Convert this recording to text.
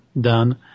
done